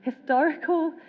historical